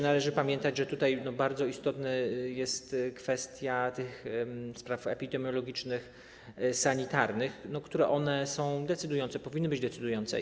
Należy pamiętać, że tutaj bardzo istotna jest kwestia spraw epidemiologicznych, sanitarnych, które są decydujące, powinny być decydujące.